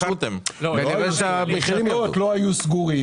השווקים הסגורים לא היו סגורים.